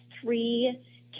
three